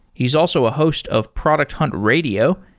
he's also a host of product hunt radio,